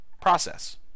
process